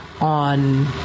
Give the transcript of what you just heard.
on